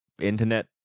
internet